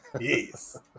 Yes